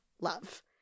love